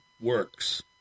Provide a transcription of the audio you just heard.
works